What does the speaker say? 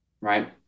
right